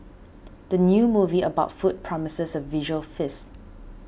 the new movie about food promises a visual feast